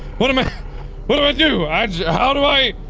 what am i what do i do? i ju how do i?